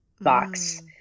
box